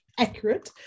accurate